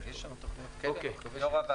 אדוני היושב-ראש,